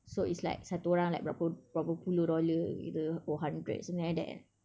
so it's like satu orang like berapa berapa puluh dollar gitu or hundred something like that